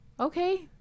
Okay